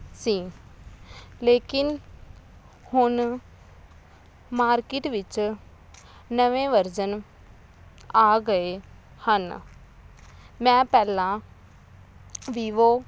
ਸੀ ਲੇਕਿਨ ਹੁਣ ਮਾਰਕੀਟ ਵਿੱਚ ਨਵੇਂ ਵਰਜਨ ਆ ਗਏ ਹਨ ਮੈਂ ਪਹਿਲਾਂ ਵੀਵੋ